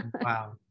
Wow